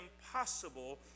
impossible